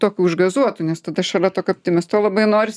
tokiu užgazuotu nes tada šalia tokio optimisto labai noris